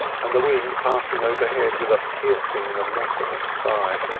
and the wind passing overhead with a piercing, monotonous cry.